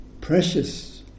precious